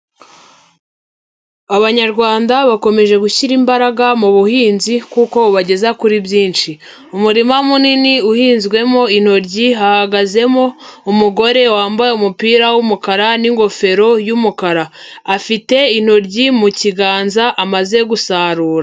Abanyarwanda bakomeje gushyira imbaraga mu buhinzi kuko bageza kuri byinshi. Umurima munini uhinzwemo intoryi hahagazemo umugore wambaye umupira w'umukara, n'ingofero y'umukara, afite intoryi mu kiganza amaze gusarura.